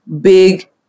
big